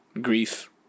grief